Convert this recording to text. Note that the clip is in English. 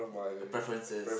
preferences